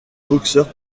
boxeur